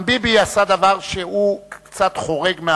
גם טיבי עשה דבר שהוא קצת חורג,